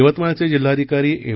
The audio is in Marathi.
यवतमाळचे जिल्हाधिकारी एम